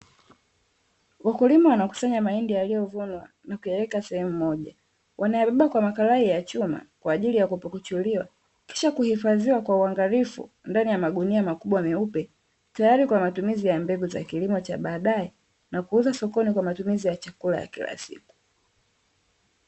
Wakulima wanakusanya mahindi yaliyovunwa na kuyaweka sehemu moja. Wanayabeba kwa makarai ya chuma kwa ajili ya kupukuchuliwa, kisha kuhifadhiwa kwa uangalifu ndani ya magunia makubwa meupe, tayari kwa matumizi ya mbegu za kilimo cha baadaye na kuuza sokoni kwa matumizi ya chakula ya kila siku.